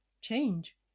Change